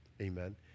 amen